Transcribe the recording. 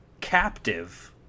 captive—